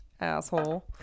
asshole